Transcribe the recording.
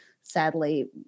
sadly